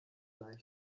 leicht